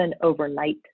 overnight